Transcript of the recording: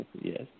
Yes